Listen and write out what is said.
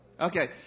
Okay